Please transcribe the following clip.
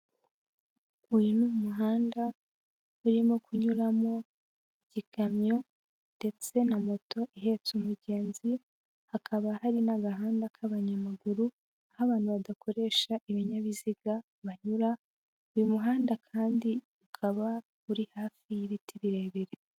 Uyu ni umuhanda urimo kunyuramo igikamyo ndetse na moto ihetse umugenzi, hakaba hari n'agahanda k'abanyamaguru, aho abantu badakoresha ibinyabiziga banyura, uyu muhanda kandi ukaba uri hafi y'ibiti birebire.